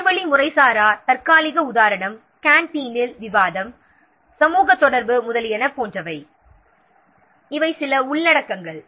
வாய்வழி முறைசாரா தற்காலிகதுக்கு உதாரணம் கேண்டீனில் விவாதம் சமூக தொடர்பு போன்றவை இவை சில உள்ளடக்கங்கள்